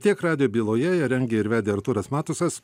tiek radijo byloje ją rengė ir vedė artūras matusas